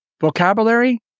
Vocabulary